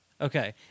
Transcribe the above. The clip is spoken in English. Okay